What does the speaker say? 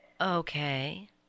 Okay